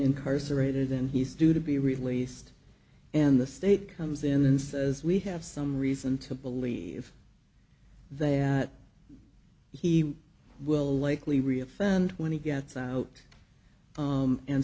incarcerated and he's due to be released and the state comes in and says we have some reason to believe that he will likely re offend when he gets out